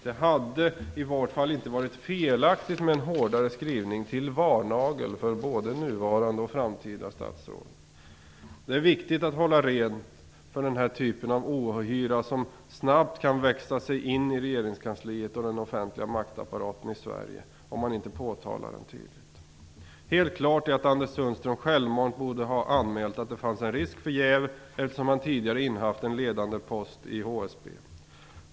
Det hade i varje fall inte varit felaktigt med en hårdare skrivning till varnagel för både nuvarande och framtida statsråd. Det är viktigt att hålla rent från den här typen av ohyra som snabbt kan växa sig in i regeringskansliet och den offentliga maktapparaten i Sverige om man inte påtalar den tydligt. Helt klart är att Anders Sundström självmant borde ha anmält att det fanns en risk för jäv eftersom han tidigare innehaft en ledande post i HSB.